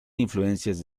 influencias